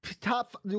top